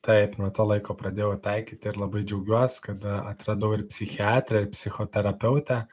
taip nuo to laiko pradėjau taikyti ir labai džiaugiuos kada atradau ir psichiatrę ir psichoterapeutę